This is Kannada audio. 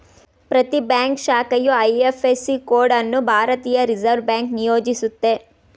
ಪ್ರತಿ ಬ್ಯಾಂಕ್ ಶಾಖೆಯು ಐ.ಎಫ್.ಎಸ್.ಸಿ ಕೋಡ್ ಅನ್ನು ಭಾರತೀಯ ರಿವರ್ಸ್ ಬ್ಯಾಂಕ್ ನಿಯೋಜಿಸುತ್ತೆ